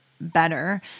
better